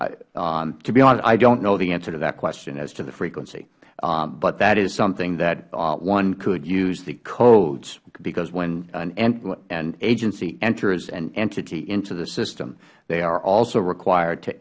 to be honest i dont know the answer to that question as to the frequency but that is something that one could use the codes because when an agency enters an entity into the system they are also required